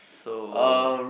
so